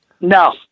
No